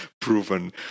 proven